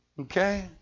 Okay